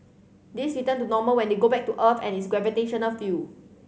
this return to normal when they go back to earth and its gravitational field